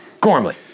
Gormley